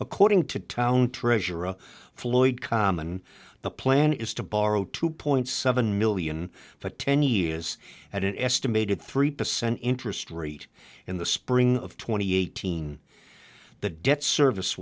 according to town treasurer floyd common the plan is to borrow two point seven million for ten years at an estimated three percent interest rate in the spring of two thousand and eighteen the debt service